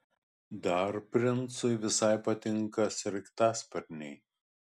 dar princui visai patinka sraigtasparniai